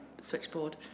switchboard